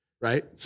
right